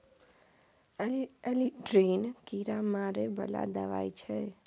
Aldrin कीरा मारै बला दवाई छै